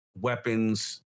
weapons